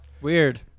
Weird